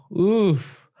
Oof